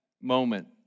moment